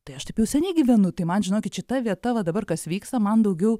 tai aš taip jau seniai gyvenu tai man žinokit šita vieta va dabar kas vyksta man daugiau